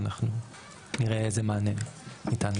ואנחנו נראה איזה מענה ניתן.